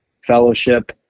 fellowship